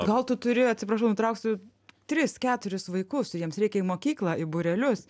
gal tu turi atsiprašau nutrauksiu tris keturis vaikus jiems reikia į mokyklą į būrelius